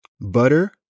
butter